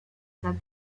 that